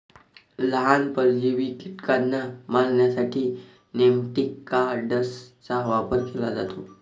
लहान, परजीवी कीटकांना मारण्यासाठी नेमॅटिकाइड्सचा वापर केला जातो